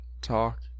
talk